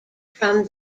from